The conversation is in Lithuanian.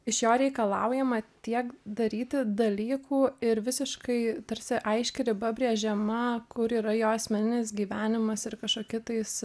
iš jo reikalaujama tiek daryti dalykų ir visiškai tarsi aiški riba brėžiama kur yra jo asmeninis gyvenimas ir kažko kitais